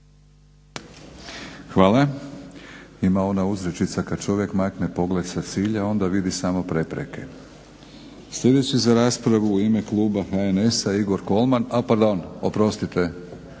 Hvala. Ima ona uzrečica kad čovjek makne pogled sa cilja onda vidi samo prepreke. Sljedeći za raspravu u ime kluba HNS-a je Igor Kolman. A pardon, oprostite